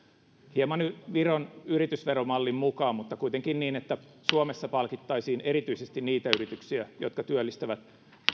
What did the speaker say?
hieman viron yritysveromallin mukaan mutta kuitenkin niin että suomessa palkittaisiin erityisesti niitä yrityksiä jotka työllistävät